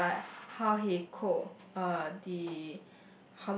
or like how he cook uh the